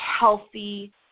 healthy